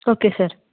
okay sir